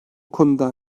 konuda